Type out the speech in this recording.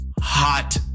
hot